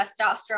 testosterone